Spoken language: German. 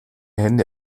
hände